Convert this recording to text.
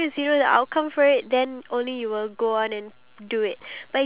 iya planning is very crucial and important